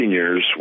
years